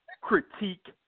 critique